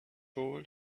hole